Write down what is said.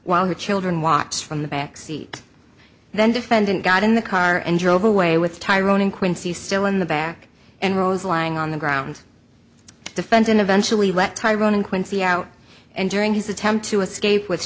while her children watched from the backseat then defendant got in the car and drove away with tyrone in quincy still in the back and rose lying on the ground defendant eventually let tyrone in quincy out and during his attempt to escape w